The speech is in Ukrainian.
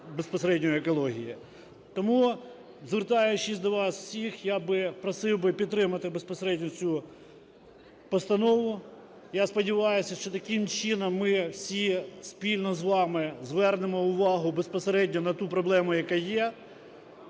безпосередньо екології. Тому, звертаючись до вас всіх, я би просив би підтримати безпосередньо цю постанову. Я сподіваюся, що таким чином ми всі, спільно з вами, звернемо увагу безпосередньо на ту проблему, яка є,